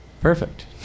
Perfect